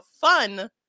fun